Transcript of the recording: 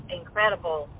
incredible